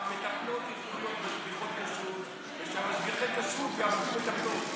שהמטפלות יוכלו להיות משגיחות כשרות ושמשגיחי הכשרות יהפכו מטפלות.